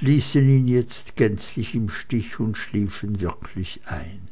ließen ihn jetzt gänzlich im stich und schliefen wirklich ein